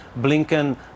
Blinken